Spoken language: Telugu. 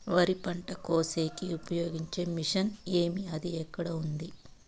వరి పంట కోసేకి ఉపయోగించే మిషన్ ఏమి అది ఎక్కడ ఉంది?